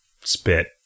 spit